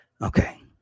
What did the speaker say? Okay